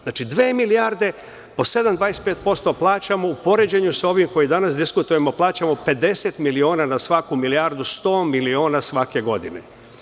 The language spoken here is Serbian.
Znači, dve milijarde, po 7,25% plaćamo u poređenju sa ovim koje danas diskutujemo, plaćamo 50 miliona na svaku milijardu 100 miliona svake godine.